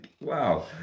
Wow